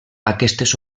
aquestes